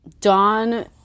Dawn